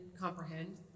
comprehend